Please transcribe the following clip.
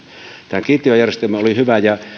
tämä kiintiöjärjestelmä oli hyvä ja